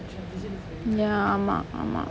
ya ஆமா ஆமா:aamaa aamaa